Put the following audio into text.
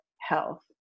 health